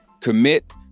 Commit